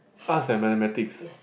arts and mathematics